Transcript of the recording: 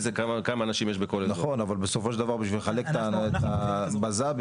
כשנגיע לזה.